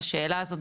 לשאלה הזאת,